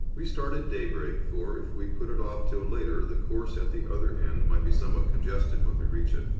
we start at daybreak, for, if we put it off till later, the course at the other end might be somewhat congested when we reached it.